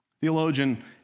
Theologian